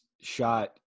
shot